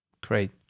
Great